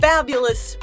Fabulous